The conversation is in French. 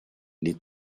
les